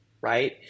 right